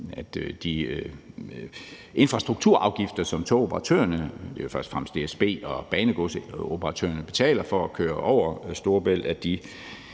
at de infrastrukturafgifter, som togoperatørerne – det er først og fremmest DSB og banegodsoperatørerne – betaler for at køre over Storebælt,